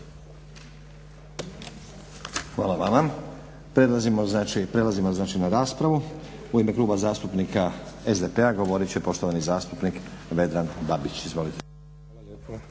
Hvala vama. Prelazimo znači na raspravu. U ime Kluba zastupnika SDP-a govorit će poštovani zastupnik Vedran Babić. Izvolite. **Babić,